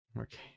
Okay